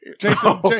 Jason